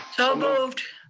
so moved.